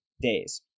days